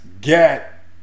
get